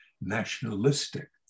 nationalistic